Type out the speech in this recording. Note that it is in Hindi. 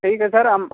ठीक है सर हम